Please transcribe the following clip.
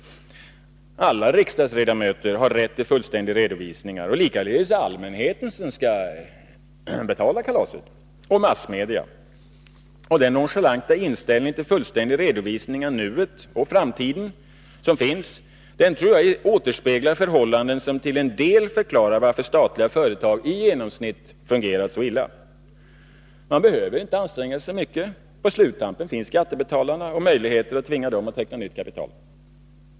Alla riksdagsledamöter har rätt till fullständiga redovisningar. Det har likaledes allmänheten, som skall betala kalaset, och massmedia. Den nonchalanta inställning till fullständig redovisning av nuet och framtiden som finns tror jag återspeglar förhållanden som till en del förklarar varför statliga företag i genomsnitt fungerar så illa. Man behöver inte anstränga sig så mycket. På sluttampen finns skattebetalarna och möjligheten att tvinga dem att teckna nytt kapital.